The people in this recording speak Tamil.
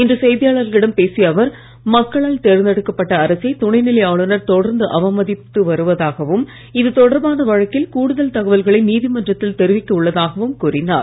இன்று செய்தியாளர்களிடம் பேசிய அவர் மக்களால் தேர்தெடுக்கப்பட்ட அரசை துணைநிலை ஆளுநர் தொடர்ந்து அவமதித்து வருவதாகவும் இது தொடர்பான வழக்கில் கூடுதல் தகவல்களை நீதிமன்றத்தில் தெரிவிக்க உள்ளதாகவும் கூறினார்